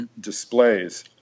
displays